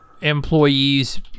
employees